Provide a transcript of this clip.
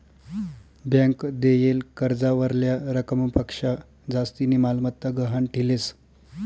bank देयेल कर्जावरल्या रकमपक्शा जास्तीनी मालमत्ता गहाण ठीलेस